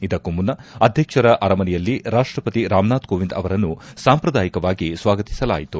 ಇದಕ್ಕೂ ಮುನ್ನ ಅಧ್ಯಕ್ಷರ ಅರಮನೆಯಲ್ಲಿ ರಾಷ್ಟ್ರಪತಿ ರಾಮನಾಥ್ ಕೋವಿಂದ್ ಅವರನ್ನು ಸಾಂಪ್ರದಾಯಿಕವಾಗಿ ಸ್ವಾಗತಿಸಲಾಯಿತು